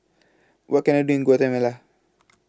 What Can I Do in Guatemala